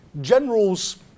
generals